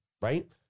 right